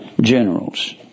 generals